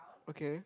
okay